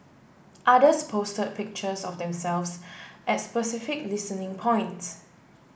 others posted pictures of themselves at specific listening points